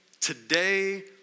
today